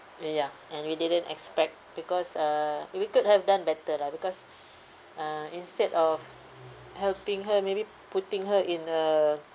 ya and we didn't expect because uh we could have done better lah because uh instead of helping her maybe putting her in a